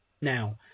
Now